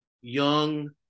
young